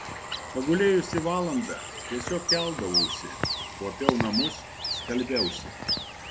pagulėjusi valandą tiesiog keldavausi kuopiau namus skalbiausi